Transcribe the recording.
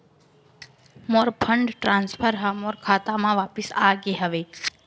मोर fund transfer हा मोर खाता मा वापिस आ गे हवे